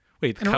Wait